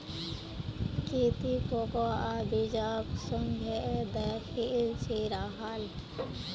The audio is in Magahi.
की ती कोकोआ बीजक सुंघे दखिल छि राहल